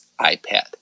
iPad